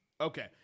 Okay